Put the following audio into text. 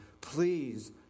please